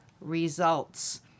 results